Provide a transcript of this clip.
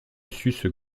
sucent